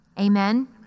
Amen